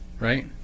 Right